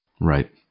Right